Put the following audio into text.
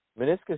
meniscus